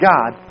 God